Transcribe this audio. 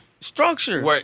structure